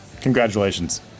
Congratulations